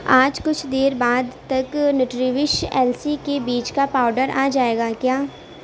آج کچھ دیر بعد تک نیوٹریوش السی کے بیج کا پاؤڈر آ جائے گا کیا